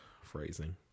phrasing